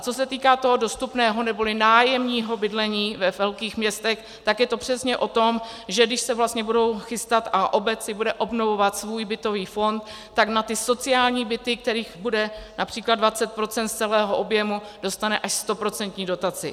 Co se týká toho dostupného neboli nájemního bydlení ve velkých městech, tak je to přesně o tom, že když se vlastně budou chystat a obec si bude obnovovat svůj bytový fond, tak na ty sociální byty, kterých bude např. 20% z celého objemu, dostane až 100% dotaci.